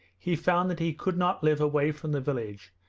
he found that he could not live away from the village,